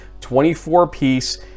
24-piece